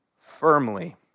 firmly